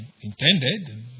intended